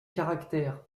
caractères